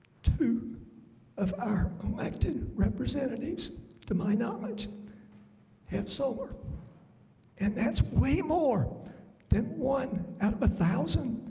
two of our elected representatives to my knowledge have solar and that's way more than one out of a thousand,